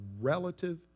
relative